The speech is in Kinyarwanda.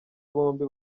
bombi